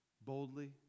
boldly